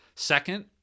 Second